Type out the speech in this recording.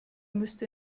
müsste